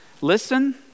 listen